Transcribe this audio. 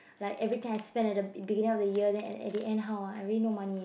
like every time I spend at the beginning of the year then at the at the end how ah I really no money eh